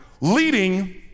Leading